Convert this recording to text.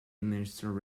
administered